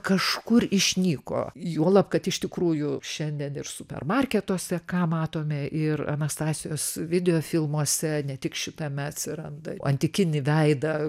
kažkur išnyko juolab kad iš tikrųjų šiandien ir supermarketuose ką matome ir anastasijos videofilmuose ne tik šitame atsiranda antikinį veidą